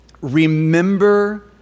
Remember